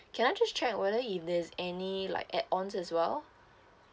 can I just check whether if there's any like add ons as well